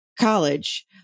college